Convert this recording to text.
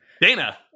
Dana